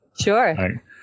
Sure